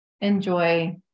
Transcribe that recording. enjoy